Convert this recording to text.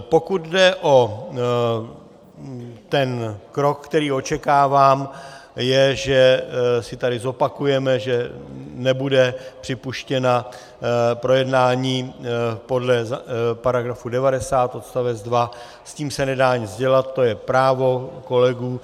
Pokud jde o ten krok, který očekávám, že si tady zopakujeme, že nebude připuštěno projednání podle § 90 odst. 2, s tím se nedá nic dělat, to je právo kolegů.